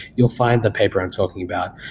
you'll find the paper i'm talking about.